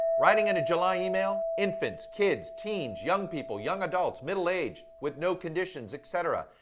writing in a july email infants, kids, teens, young people, young adults, middle-aged with no conditions, et cetera,